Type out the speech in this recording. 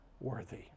worthy